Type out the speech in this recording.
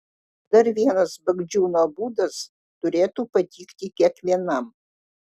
dar vienas bagdžiūno būdas turėtų patikti kiekvienam